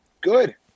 good